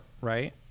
right